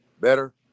Better